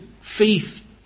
faith